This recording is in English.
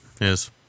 yes